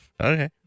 Okay